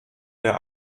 der